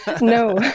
no